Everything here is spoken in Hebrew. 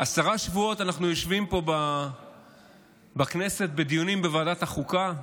עשרה שבועות אנחנו יושבים פה בכנסת בדיונים בוועדת החוקה.